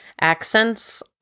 accents